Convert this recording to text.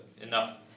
enough